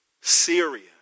Syria